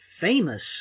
famous